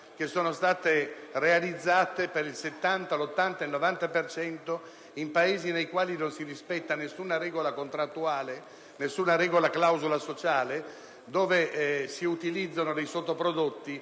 che vengono realizzate per il 70, l'80 o il 90 per cento in Paesi nei quali non si rispetta nessuna regola contrattuale e nessuna clausola sociale, dove si utilizzano dei sottoprodotti